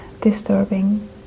disturbing